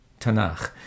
Tanakh